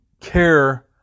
care